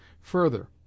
further